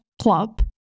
club